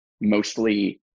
mostly